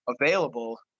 available